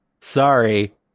Sorry